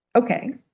Okay